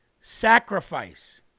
sacrifice